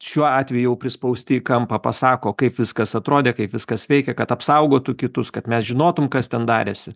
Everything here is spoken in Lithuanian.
šiuo atveju jau prispausti į kampą pasako kaip viskas atrodė kaip viskas veikia kad apsaugotų kitus kad mes žinotum kas ten darėsi